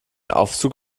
aufzug